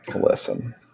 Listen